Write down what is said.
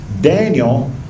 Daniel